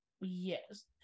Yes